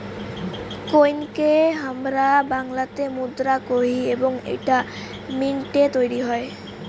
কোইনকে হামরা বাংলাতে মুদ্রা কোহি এবং এইটা মিন্ট এ তৈরী হই